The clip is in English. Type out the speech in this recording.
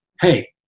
hey